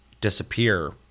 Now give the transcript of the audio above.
disappear